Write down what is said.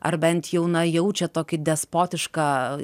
ar bent jau na jaučia tokį despotišką